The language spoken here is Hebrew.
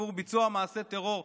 עבור ביצוע מעשה טרור,